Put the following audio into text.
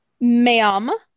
Ma'am